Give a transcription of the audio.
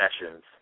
sessions